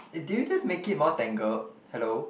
eh did you just make it more tangled hello